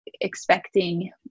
expecting